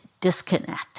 disconnect